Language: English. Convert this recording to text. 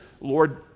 Lord